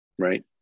Right